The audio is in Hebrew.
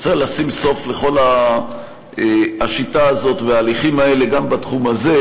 צריך לשים סוף לכל השיטה הזאת וההליכים האלה גם בתחום הזה,